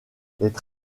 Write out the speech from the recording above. les